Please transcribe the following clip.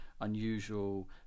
unusual